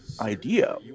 idea